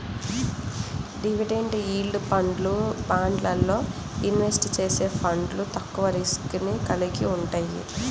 dividend yield ఫండ్లు, బాండ్లల్లో invest చేసే ఫండ్లు తక్కువ రిస్క్ ని కలిగి వుంటయ్యి